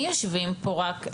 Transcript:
יושבים פה רק?